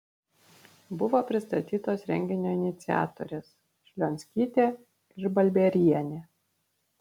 buvo pristatytos renginio iniciatorės šlionskytė ir balbierienė